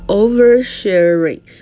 oversharing